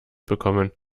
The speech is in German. bekommen